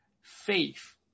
faith